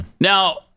Now